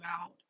out